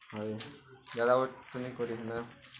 ହଉ ଜାଦା ୱେଟ୍ କରିିହୁଏନା